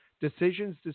decisions